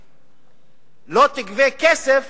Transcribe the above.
אתה לא תגבה כסף